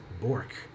Bork